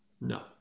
No